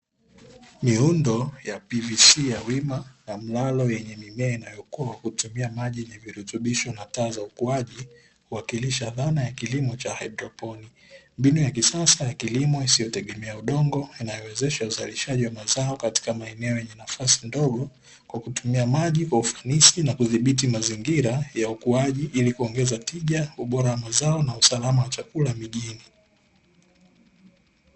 Miundo ya PVC ya wima, ya mralo, yenye mimea inayokua kwa kutumia maji yenye virutubisho na taa za ukuaji huwakilisha dhana ya kilimo cha "Hydroponi". Mbinu ya kisasa ya kilimo isiyotegemea udongo, inayowezesha uzalishaji wa mazao katika maeneo yenye nafasi ndogo kwa kutumia maji kwa ufanisi na kudhibiti mazingira ya ukuaji ili kuongeza tija, ubora wa mazao, na usalama wa chakula mijini.